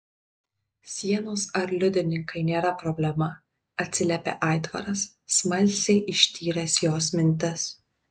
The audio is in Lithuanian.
sienos ar liudininkai nėra problema atsiliepė aitvaras smalsiai ištyręs jos mintis